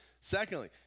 Secondly